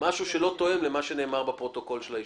משהו שלא תואם למה שנאמר בפרוטוקול של הישיבה.